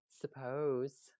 suppose